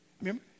Remember